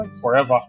forever